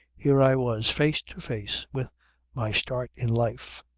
here i was face to face with my start in life.